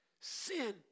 Sin